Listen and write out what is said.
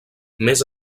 més